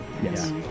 Yes